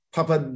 Papa